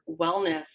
wellness